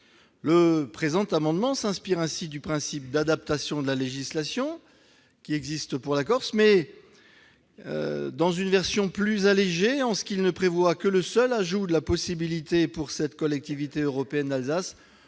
Cet amendement s'inspire du principe d'adaptation de la législation, tel qu'il existe pour la Corse, mais dans une version plus allégée, en ce qu'il ne prévoit que le seul ajout de la possibilité, pour la Collectivité européenne d'Alsace,